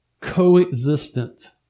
coexistent